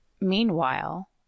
meanwhile